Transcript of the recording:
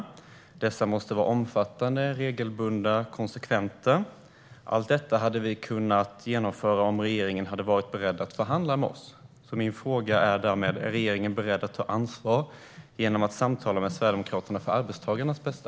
Dessa uppföljningar måste vara omfattande, regelbundna och konsekventa. Allt detta hade kunnat genomföras om regeringen hade varit beredd att förhandla med oss. Min fråga är därmed: Är regeringen beredd att ta ansvar genom att samtala med Sverigedemokraterna, för arbetstagarnas bästa?